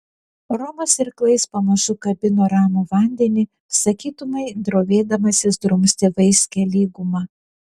romas irklais pamažu kabino ramų vandenį sakytumei drovėdamasis drumsti vaiskią lygumą